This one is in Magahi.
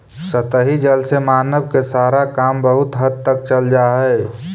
सतही जल से मानव के सारा काम बहुत हद तक चल जा हई